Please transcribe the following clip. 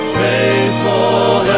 faithful